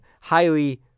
highly